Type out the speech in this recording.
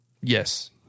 Yes